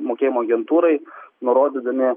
mokėjimo agentūrai nurodydami